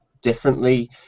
differently